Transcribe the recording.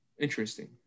Interesting